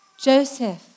Joseph